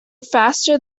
faster